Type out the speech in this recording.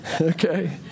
Okay